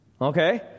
Okay